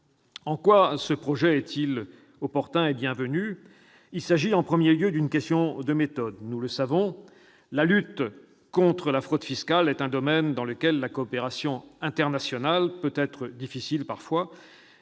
En quoi ce projet est-il opportun et bienvenu ? Il s'agit en premier lieu d'une question de méthode. Nous le savons, la lutte contre la fraude fiscale est un domaine dans lequel la coopération internationale peut être difficile et où